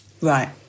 Right